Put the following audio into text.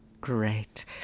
Great